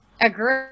Agree